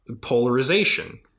polarization